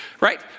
Right